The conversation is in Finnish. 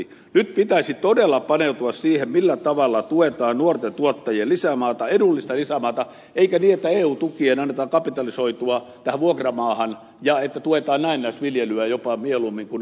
nyt pitäisi todella paneutua siihen millä tavalla tuetaan nuorten tuottajien lisämaata edullista lisämaata eikä niin että eu tukien annetaan kapitalisoitua tähän vuokramaahan ja että tuetaan näennäisviljelyä jopa mieluummin kuin aktiiviviljelyä